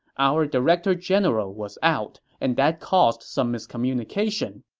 our director general was out, and that caused some miscommunication.